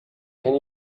can